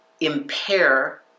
impair